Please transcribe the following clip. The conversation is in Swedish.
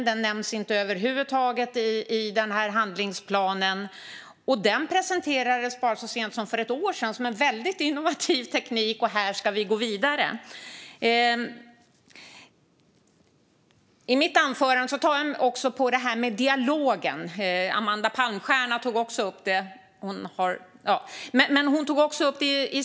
Den nämns över huvud taget inte i handlingsplanen men presenterades så sent som för ett år sedan som en väldigt innovativ teknik. Här ska vi gå vidare. I mitt anförande talade jag om dialogen, som även Amanda Palmstierna tog upp i sitt anförande.